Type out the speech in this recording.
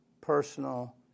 personal